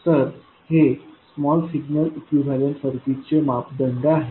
तर हे small signal equivalent सर्किटचे मापदंड आहेत